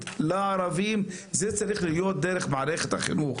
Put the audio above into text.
לערבים צריכה להיות דרך מערכת החינוך.